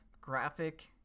graphic